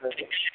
दे